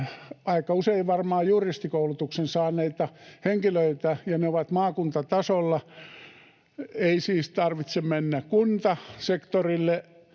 aika usein varmaan juristikoulutuksen saaneita henkilöitä, ja he ovat maakuntatasolla. Ei siis tarvitse mennä kuntasektorille